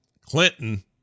Clinton